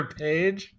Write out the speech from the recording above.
page